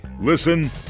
Listen